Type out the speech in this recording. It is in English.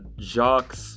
jacques